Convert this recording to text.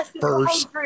first